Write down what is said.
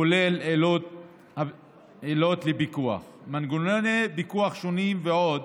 כולל עילות לפיקוח, מנגנוני פיקוח שונים ועוד.